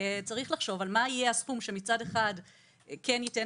צריך לחשוב על מה יהיה הסכום שמצד אחד כן ייתן